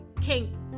King